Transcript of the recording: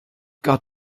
got